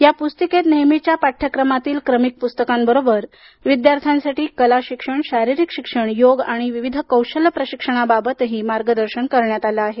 या पुस्तिकेत नेहमीच्या पाठ्यक्रमातील क्रमिक पुस्तकांबरोबर विद्यार्थ्यांसाठी कला शिक्षण शारीरिक शिक्षण योग आणि विविध कौशल्य प्रशिक्षणाबाबतही मार्गदर्शन केलं आहे